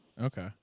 Okay